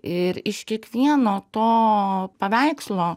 ir iš kiekvieno to paveikslo